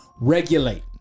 regulate